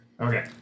Okay